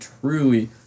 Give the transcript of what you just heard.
truly